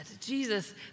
Jesus